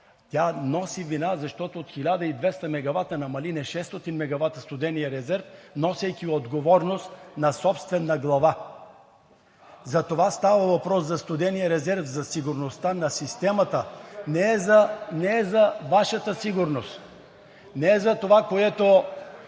тя носи вина, защото от 1200 мегавата намали на 600 мегавата студения резерв, носейки отговорност на собствена глава. Затова става въпрос – за студения резерв, за сигурността на системата. Не е за Вашата сигурност, не е за това, което